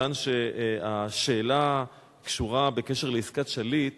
כיוון שהשאלה היא בקשר לעסקת שליט